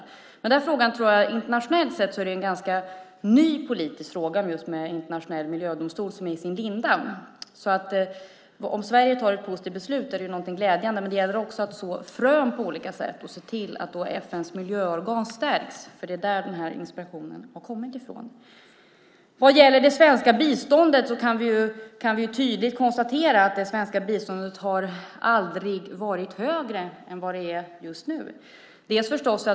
Jag tror att frågan om en internationell miljödomstol är en ganska ny politisk fråga internationellt. Den är i sin linda. Om Sverige fattar ett positivt beslut är det glädjande, men det gäller också att så frön på olika sätt och se till att FN:s miljöorgan stärks. Det är därifrån inspirationen har kommit. Vi kan konstatera att det svenska biståndet aldrig har varit större än just nu.